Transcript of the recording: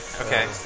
okay